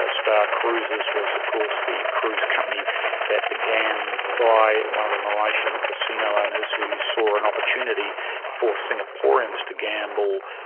ah star cruises was of course the cruise company that began by one of the malaysian casino owners, who saw an opportunity for singaporeans to gamble,